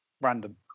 Random